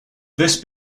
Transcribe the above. this